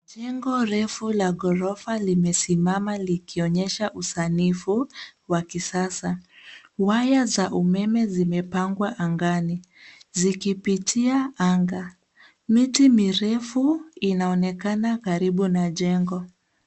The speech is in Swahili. Jengo refu la ghorofa limesimama likionyesha usanifu wa kisasa. Waya za umeme zimepangwa angani zikipitia anga. Miti mirefu inaonekana karibu na jengo.